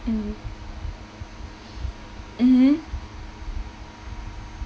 mm mmhmm